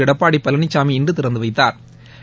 எடப்பாடி பழனிசாமி இன்று திறந்து வைத்தாா்